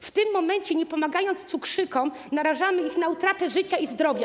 W tym momencie nie pomagając cukrzykom, narażamy ich na utratę życia i zdrowia.